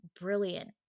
brilliant